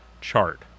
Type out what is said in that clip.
chart